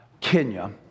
Kenya